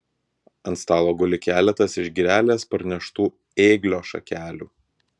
ant stalo guli keletas iš girelės parneštų ėglio šakelių